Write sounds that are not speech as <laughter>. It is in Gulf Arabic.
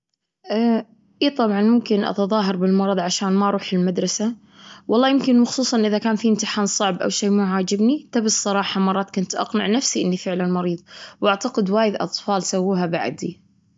إيه، خصوصا لما يكون عنا امتحان صعب، أو عندي واجبات كثيرة، أو عندي دراسة كثيرة، ما أكون لا حلة الواجب ولا ذاكرت ولا درست. فأغيب، أو <hesitation> أهرب من المدرسة، وأروح الهايبر المول.